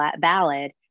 valid